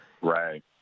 Right